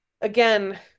Again